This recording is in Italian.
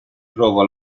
trova